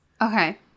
Okay